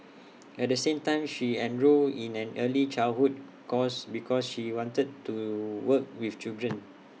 at the same time she enrolled in an early childhood course because she wanted to work with children